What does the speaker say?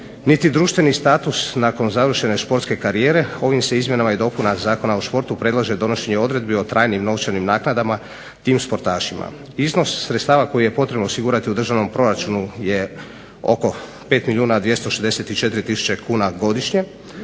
niti društveni status nakon završene sportske karijere ovim se izmjenama dopunama Zakona o sportu predlaže donošenje odredbi o trajnim novčanim naknadama tim sportašima. Iznos sredstava koje je potrebno osigurati u državnom proračunu je oko 5 milijuna 264 tisuće kuna godišnje.